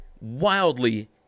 wildly